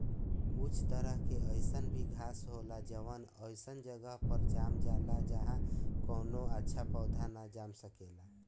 कुछ तरह के अईसन भी घास होला जवन ओइसन जगह पर जाम जाला जाहा कवनो अच्छा पौधा ना जाम सकेला